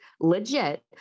legit